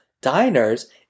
diners